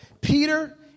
Peter